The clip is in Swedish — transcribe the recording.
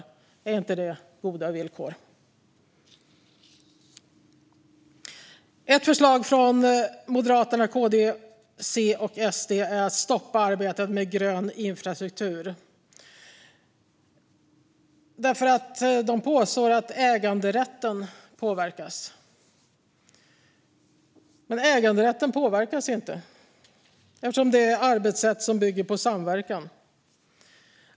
Är inte det goda villkor? Ett förslag från Moderaterna, KD, C och SD är att stoppa arbetet med grön infrastruktur. De påstår att äganderätten påverkas. Men äganderätten påverkas inte eftersom det handlar om arbetssätt som bygger på samverkan.